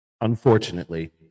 unfortunately